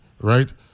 right